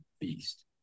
beast